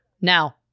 now